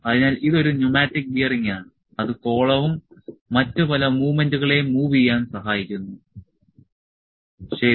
അതിനാൽ ഇത് ഒരു ന്യൂമാറ്റിക് ബെയറിംഗ് ആണ് അത് കോളവും മറ്റ് പല മൂവ്മെന്റുകളേയും മൂവ് ചെയ്യാൻ സഹായിക്കുന്നു ശരി